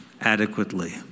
adequately